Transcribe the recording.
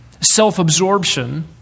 self-absorption